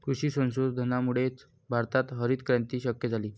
कृषी संशोधनामुळेच भारतात हरितक्रांती शक्य झाली